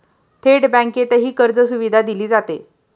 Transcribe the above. थेट बँकेतही कर्जसुविधा दिली जाते